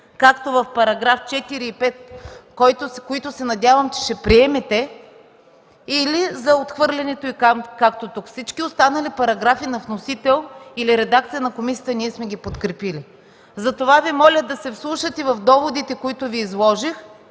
както в параграфи 4 и 5, които се надявам, че ще приемете, или за отхвърлянето им. Всички останали параграфи на вносител или редакцията на комисията ние сме подкрепили. Затова Ви моля да се вслушате в доводите, които Ви изложих,